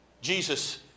Jesus